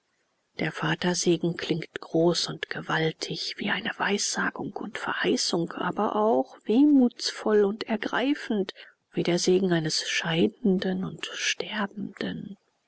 der vatersegen klingt groß und gewaltig wie eine weissagung und verheißung aber auch wehmutsvoll und ergreifend wie der segen eines scheidenden und sterbenden